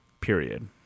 period